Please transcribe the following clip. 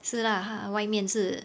是 lah 它外面是